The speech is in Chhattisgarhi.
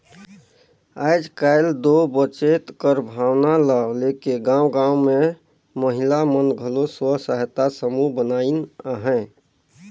आएज काएल दो बचेत कर भावना ल लेके गाँव गाँव मन में महिला मन घलो स्व सहायता समूह बनाइन अहें